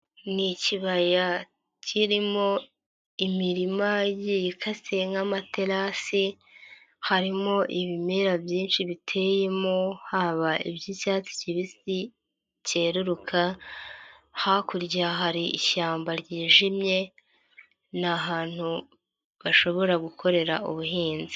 Ni ikibaya kirimo imirima igiye ikase nk'amaterasi, harimo ibimera byinshi biteyemo, haba iby'icyatsi kibisi cyeruka, hakurya hari ishyamba ryijimye, ni ahantu bashobora gukorera ubuhinzi.